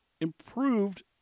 improved